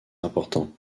important